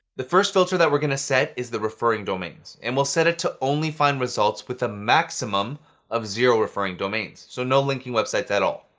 the first filter that we're going to set is the referring domains. and we'll set it to only find results with a maximum of zero referring domains, so no linking websites at all.